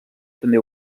també